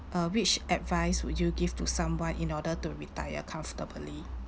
uh which advice would you give to someone in order to retire comfortably